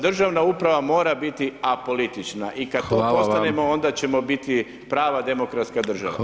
Državna uprava mora biti apolitična i kada to postanemo, onda ćemo biti prava demokratska država.